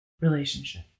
relationship